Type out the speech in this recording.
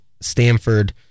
Stanford